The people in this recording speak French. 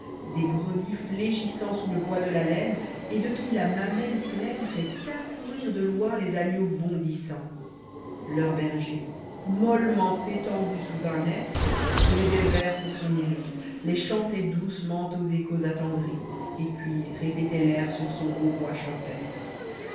des brebis fléchissant sous le poids de la laine et de qui la mamelle pleine fait accourir de loin les agneaux bondissants leur berger mollement étendu sous un hêtre faisoit des vers pour son iris les chantait doucement aux échos attendris et puis répétait l'air sur son hautbois champêtre